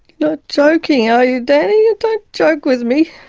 not joking are you danny? don't joke with me.